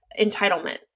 entitlement